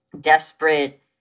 desperate